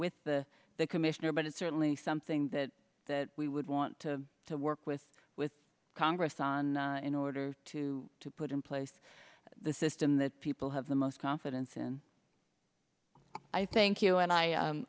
with the the commissioner but it's certainly something that we would want to to work with with congress on in order to to put in place the system that people have the most confidence in i think you and i